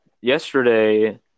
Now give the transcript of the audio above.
yesterday